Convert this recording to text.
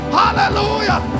hallelujah